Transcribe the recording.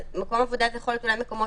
מקום עבודה זה יכול להיות אולי מקומות